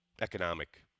economic